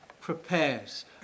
prepares